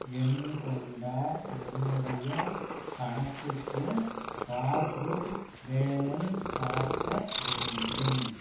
எண் கொண்ட என்னுடைய கணக்குக்கு பாஸ்புக் பேலன்ஸ் பார்க்க வேண்டும்